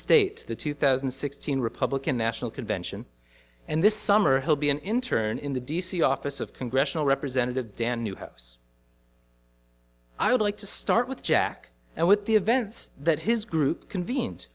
state the two thousand and sixteen republican national convention and this summer he'll be an intern in the d c office of congressional representative dan newhouse i would like to start with jack and with the events that his group conven